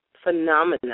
phenomena